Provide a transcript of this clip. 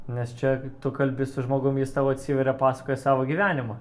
nes čia tu kalbi su žmogum jis tau atsiveria pasakoja savo gyvenimą